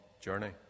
journey